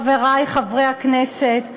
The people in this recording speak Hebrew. חברי חברי הכנסת,